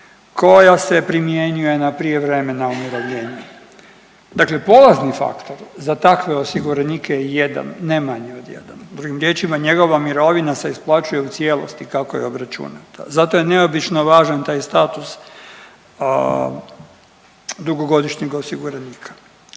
koja se primjenjuje na prijevremena umirovljenika, dakle polazni faktor za takve osiguranike je jedan, ne manje od jedan, drugim riječima njegova mirovina se isplaćuje u cijelosti kako je obračunata, zato je neobično važan taj status dugogodišnjeg osiguranika.